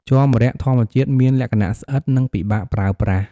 ជ័រម្រ័ក្សធម្មជាតិមានលក្ខណៈស្អិត និងពិបាកប្រើប្រាស់។